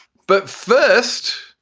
but first,